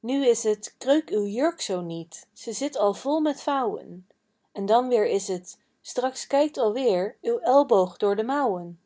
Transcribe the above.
nu is het kreuk uw jurk zoo niet ze zit al vol met vouwen en dan weer is t straks kijkt alweer uw elboog door de mouwen